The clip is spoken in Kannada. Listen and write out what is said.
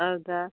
ಹೌದಾ